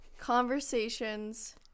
conversations